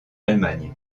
allemagne